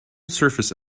surface